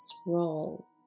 scroll